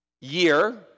year